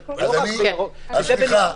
סליחה,